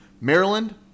Maryland